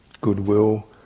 Goodwill